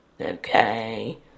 Okay